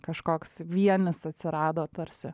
kažkoks vienis atsirado tarsi